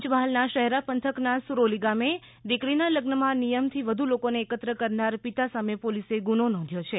પંચમહાલના શહેરા પંથકના સૂરોલી ગામે દીકરીના લગ્નમાં નિયમથી વધુ લોકોને એકત્ર કરનાર પિતા સાથે પોલીસે ગુનો નોંધ્યો છે